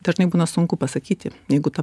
dažnai būna sunku pasakyti jeigu ta